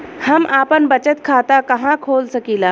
हम आपन बचत खाता कहा खोल सकीला?